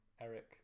Eric